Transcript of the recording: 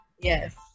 yes